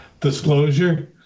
disclosure